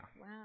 Wow